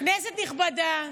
כנסת נכבדה,